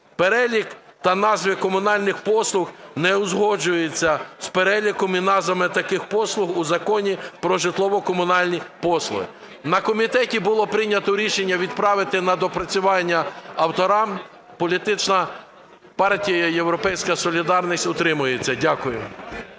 Перелік та назви комунальних послуг не узгоджуються з переліком і назвами таких послуг у Законі "Про житлово-комунальні послуги". На комітеті було прийнято рішення відправити на доопрацювання авторам. Політична партія "Європейська солідарність" утримується. Дякую.